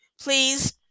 please